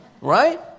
Right